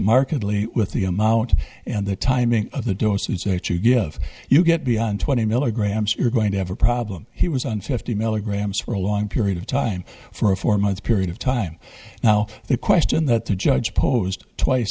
markedly with the amount and the timing of the doses that you give you get beyond twenty milligrams you're going to have a problem he was on fifty milligrams for a long period of time for a four month period of time now the question that the judge posed twice